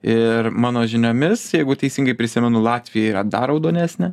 ir mano žiniomis jeigu teisingai prisimenu latvija yra dar raudonesnė